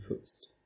first